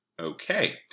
Okay